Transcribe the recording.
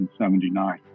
1979